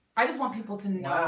i just want people to know